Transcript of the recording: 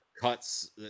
cuts